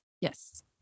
yes